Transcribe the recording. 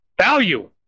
value